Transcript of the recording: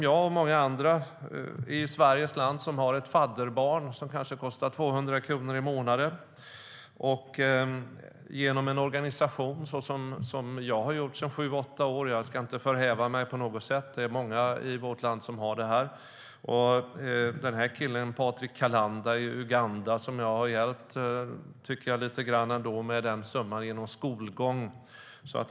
Jag och många andra i Sverige har ett fadderbarn - det kostar kanske 200 kronor i månaden - genom en organisation. Jag har haft det i sju åtta år. Jag ska inte förhäva mig på något sätt. Det är många i vårt land som har det. Jag har hjälpt den här killen, Patrik Kalanda i Uganda, lite grann med den här summan. Det handlar om skolgång.